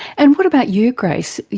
and what about you grace,